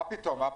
מה פתאום?